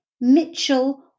Mitchell